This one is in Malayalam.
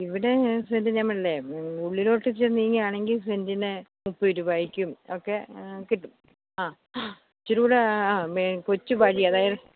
ഇവിടെ സെൻറ്റിന് ഞാൻ പറഞ്ഞില്ലേ ഉള്ളിലോട്ട് ഇച്ചിരി നീങ്ങി ആണെങ്കിൽ സെൻറ്റിന് മുപ്പത് രൂപായ്ക്കും ഒക്കെ കിട്ടും ഇച്ചിരൂടെ കൊച്ച് വഴി അതായത്